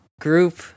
group